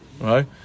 Right